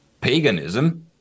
paganism